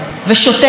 לסיום,